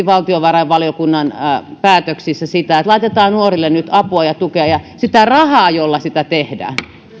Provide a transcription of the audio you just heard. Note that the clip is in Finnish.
valtiovarainvaliokunnan päätöksissä sitä että laitetaan nuorille nyt apua ja tukea ja sitä rahaa jolla sitä tehdään